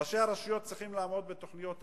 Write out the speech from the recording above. ראשי הרשויות צריכים לעמוד בתוכניות ההבראה,